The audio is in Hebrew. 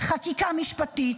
חקיקה משפטית,